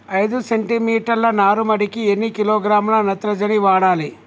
ఐదు సెంటిమీటర్ల నారుమడికి ఎన్ని కిలోగ్రాముల నత్రజని వాడాలి?